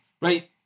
right